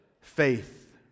faith